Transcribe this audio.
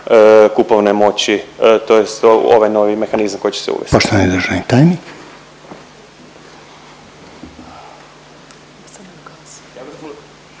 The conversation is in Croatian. kupovne moći tj. ovaj novi mehanizam koji će se uvesti?